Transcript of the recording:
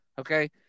Okay